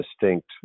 distinct